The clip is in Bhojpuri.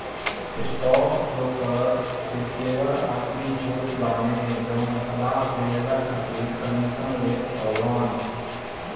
स्टॉकब्रोकर पेशेवर आदमी होत बाने जवन सलाह देहला खातिर कमीशन लेत हवन